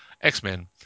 x-men